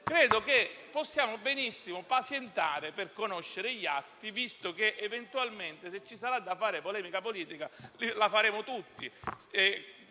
Credo che possiamo benissimo pazientare per conoscere gli atti; se ci sarà eventualmente da fare polemica politica, la faremo tutti